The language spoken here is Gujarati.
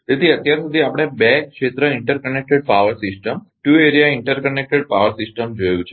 તેથી અત્યાર સુધી આપણે બે ક્ષેત્ર ઇન્ટરકનેક્ટેડ પાવર સિસ્ટમ જોયું છે